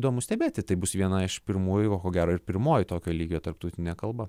įdomu stebėti tai bus viena iš pirmųjų o ko gero ir pirmoji tokio lygio tarptautinė kalba